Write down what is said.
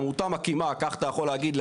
העמותה מקימה, כך אתה יכול להגיד,